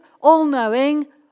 all-knowing